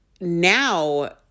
now